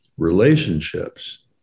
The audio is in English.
relationships